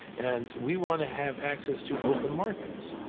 and we want to have access to open markets.